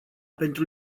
pentru